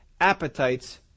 appetites